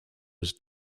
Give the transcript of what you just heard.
was